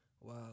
wow